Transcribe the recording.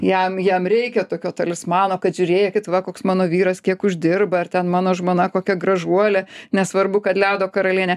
jam jam reikia tokio talismano kad žiūrėkit va koks mano vyras kiek uždirba ar ten mano žmona kokia gražuolė nesvarbu kad ledo karalienė